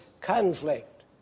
conflict